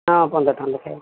ହଁ ପନ୍ଦରଟଙ୍କା ଲେଖାଏଁ